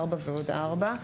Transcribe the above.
ארבע ועוד ארבע,